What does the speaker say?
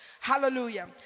Hallelujah